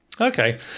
Okay